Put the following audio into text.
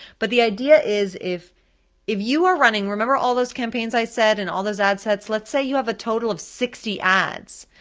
but the idea is if if you are running, remember all those campaigns i said and all those ad sets, let's say you have a total of sixty ads,